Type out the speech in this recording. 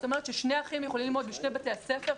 זאת אומרת ששני אחים יכולים ללמוד בשני בתי ספר,